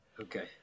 Okay